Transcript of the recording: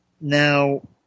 Now